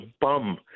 bum